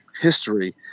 history